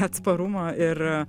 atsparumo ir